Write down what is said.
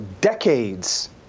decades